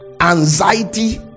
Anxiety